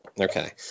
Okay